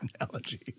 analogy